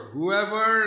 Whoever